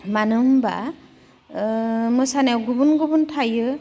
मानो होमब्ला मोसानायाव गुबुन गुबुन थायो